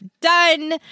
done